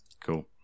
Cool